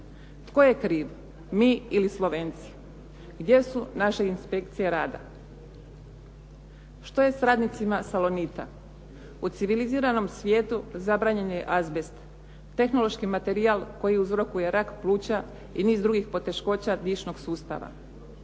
Tko je kriv, mi ili Slovenci? Gdje su naše inspekcije rada? Što je s radnicima “Salonita“? U civiliziranom svijetu zabranjen je azbest, tehnološki materijal koji uzrokuje rak pluća i niz drugih poteškoća dišnog sustava.